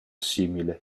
simile